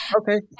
okay